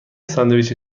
ساندویچ